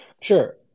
Sure